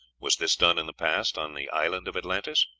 was this done in the past on the island of atlantis?